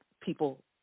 people